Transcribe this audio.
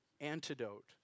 antidote